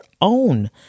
own